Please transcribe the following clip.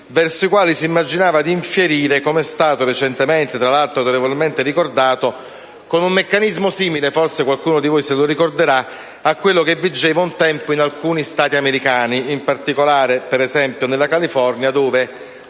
dei quali si immaginava di infierire, come tra l'altro è stato recentemente e autorevolmente ricordato, con un meccanismo simile (forse qualcuno di voi lo ricorderà) a quello che vigeva un tempo in alcuni Stati americani, in particolare, per esempio, nella California, dove